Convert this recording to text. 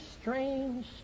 strange